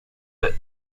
the